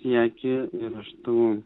siekį ir iš tų